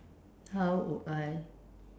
how would I